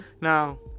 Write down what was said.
now